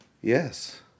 yes